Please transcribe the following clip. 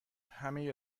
همهی